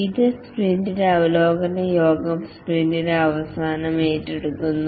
ഇത് സ്പ്രിന്റിന്റെ അവലോകന യോഗം സ്പ്രിന്റിന്റെ അവസാനം ഏറ്റെടുക്കുന്നു